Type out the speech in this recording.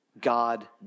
God